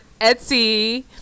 Etsy